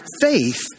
faith